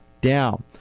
down